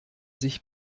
sich